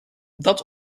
dat